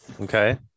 Okay